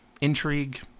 intrigue